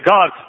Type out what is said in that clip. God